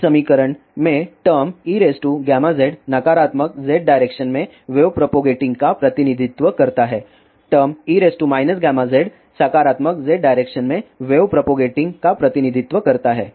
इस समीकरण में टर्म eγz नकारात्मक z डायरेक्शन में वेव प्रोपोगेटिंग का प्रतिनिधित्व करता है टर्म e γzसकारात्मक z डायरेक्शन में वेव प्रोपोगेटिंग का प्रतिनिधित्व करता है